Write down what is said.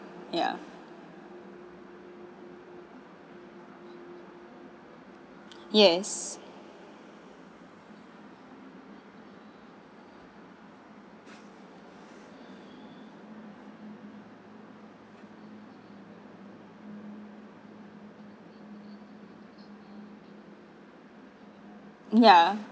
ya yes ya